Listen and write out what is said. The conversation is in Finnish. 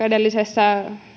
edellisessä